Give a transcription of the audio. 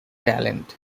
talent